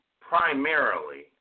primarily